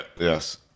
Yes